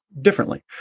differently